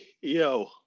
Yo